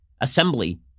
Assembly